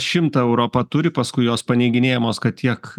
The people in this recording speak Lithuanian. šimtą europa turi paskui jos paneiginėjamos kad tiek